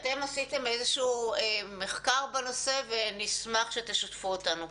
אתם עשיתם איזשהו מחקר בנושא ואשמח שתשתפו אותנו.